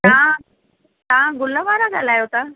तव्हां तव्हां ग़ुल वारा ॻाल्हायो था